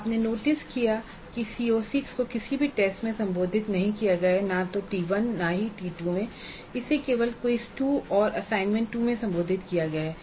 आपने नोटिस किया है कि CO6 को किसी भी टेस्ट में संबोधित नहीं किया गया है न तो T1 और न ही T2 इसे केवल क्विज़ 2 और असाइनमेंट 2 में संबोधित किया गया है